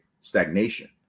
stagnation